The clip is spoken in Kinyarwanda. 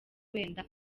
wenda